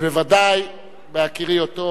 בוודאי בהכירי אותו,